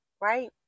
right